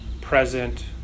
present